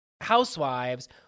Housewives